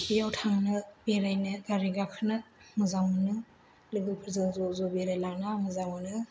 बेयाव थांनो बेरायनो गारि गाखोनो मोजां मोनो लोगोफोरजों ज' ज' बेरायग्लांनो आं मोजां मोनो